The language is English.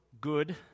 good